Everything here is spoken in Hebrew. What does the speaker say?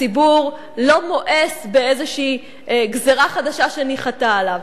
הציבור לא מואס באיזושהי גזירה חדשה שניחתה עליו.